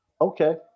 Okay